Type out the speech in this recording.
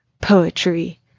poetry